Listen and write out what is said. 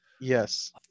Yes